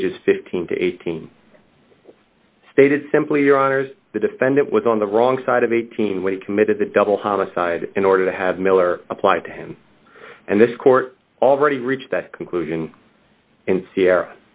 pages fifteen to eighteen stated simply honors the defendant was on the wrong side of eighteen when he committed the double homicide in order to have miller applied to him and this court already reached that conclusion in sierr